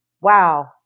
Wow